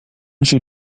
she